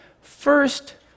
First